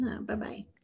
Bye-bye